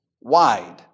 wide